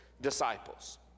disciples